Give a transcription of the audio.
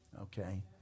Okay